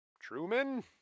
Truman